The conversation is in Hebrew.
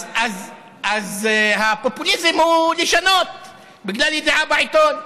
אז הפופוליזם הוא לשנות בגלל ידיעה בעיתון.